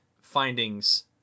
findings